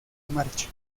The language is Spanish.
marcha